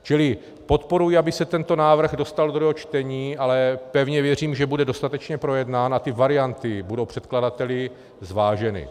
Čili podporuji, aby se tento návrh dostal do druhého čtení, ale pevně věřím, že bude dostatečně projednán a ty varianty budou předkladateli zváženy.